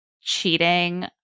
cheating